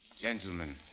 Gentlemen